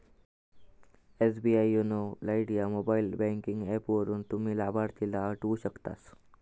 SBI YONO lite ह्या mobile banking app वापरून, तुम्ही लाभार्थीला हटवू शकतास